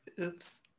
Oops